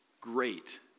great